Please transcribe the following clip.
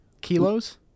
Kilos